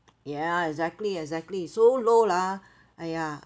ya exactly exactly so low lah !aiya!